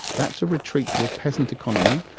that's a retreat to a peasant economy,